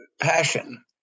passion